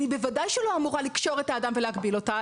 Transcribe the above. אני בוודאי לא אמורה לקשור את האדם ולהגביל אותו,